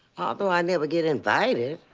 although i never get invited.